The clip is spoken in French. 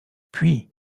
puis